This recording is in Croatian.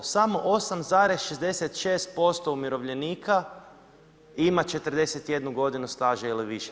Samo 8,66% umirovljenika ima 41 godinu staža ili više.